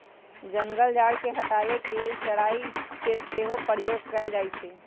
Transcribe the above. जंगल झार के हटाबे के लेल चराई के सेहो प्रयोग कएल जाइ छइ